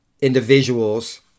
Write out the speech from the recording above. individuals